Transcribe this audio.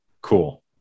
cool